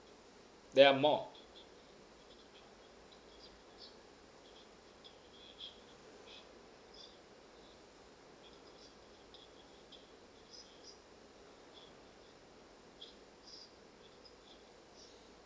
there are more